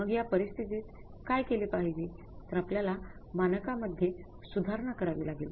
मग या परिस्थितीत काय केले पाहिजे तर आपल्यला मानकांमधेय सुधारणा करावी लागेल